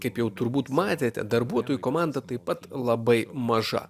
kaip jau turbūt matėte darbuotojų komanda taip pat labai maža